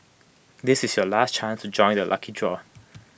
this is your last chance to join the lucky draw